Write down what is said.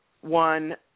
one